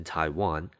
Taiwan